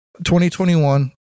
2021